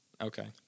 Okay